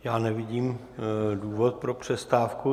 Já nevidím důvod pro přestávku.